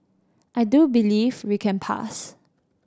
I do believe we can pass